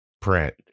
print